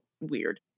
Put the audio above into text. weird